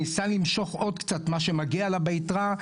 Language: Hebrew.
היא ניסתה למשוך עוד קצת מה שמגיע לה ביתרה.